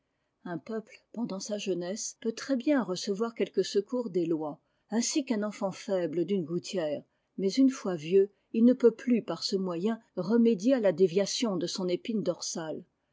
un peuple pendant sa jeunesse peut très bien recevoir quelque secours des lois ainsi qu'un enfant faible d'une gouttière mais une fois vieux il ne peut plus par ce moyen remédier à la déviation de son épine dorsale